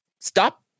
Stop